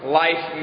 life